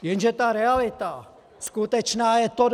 Jenže ta realita skutečná je tohle.